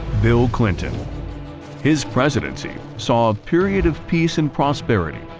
bill clinton his presidency saw a period of peace and prosperity,